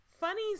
funny